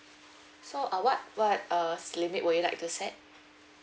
so uh what what err limit would you like to set